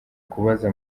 kubaza